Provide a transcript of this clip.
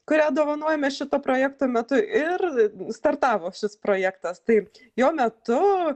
kurią dovanojame šito projekto metu ir startavo šis projektas tai jo metu